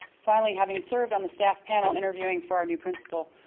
finally, having served on the staff panel interviewing for our new principal,